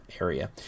area